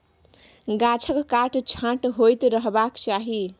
गाछक काट छांट होइत रहबाक चाही